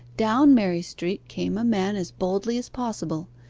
down mary street came a man as boldly as possible.